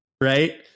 right